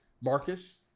Marcus